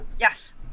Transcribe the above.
yes